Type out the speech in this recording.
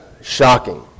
shocking